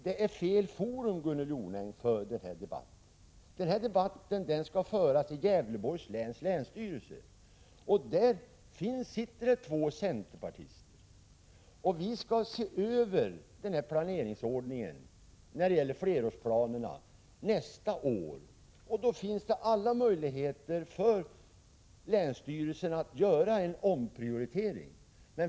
Detta är fel forum, Gunnel Jonäng, för den här debatten. Den skall föras i Gävleborgs läns länsstyrelse, och där sitter två centerpartister. Vi skall se över den här planeringsordningen när det gäller flerårsplanerna nästa år, och då finns det alla möjligheter för länsstyrelsen att göra en omprioritering.